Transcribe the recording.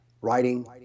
writing